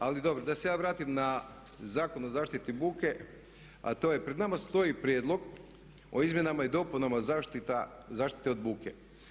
Ali dobro, da se ja vratim na Zakon o zaštiti od buke a to je, pred nama stoji Prijedlog o izmjenama i dopunama zaštite od buke.